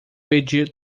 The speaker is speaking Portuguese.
pedir